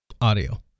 audio